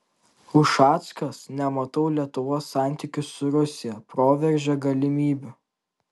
ušackas nematau lietuvos santykių su rusija proveržio galimybių